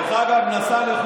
נאשם בשוחד.